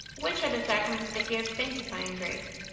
which are the sacraments that give sanctifying grace?